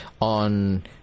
on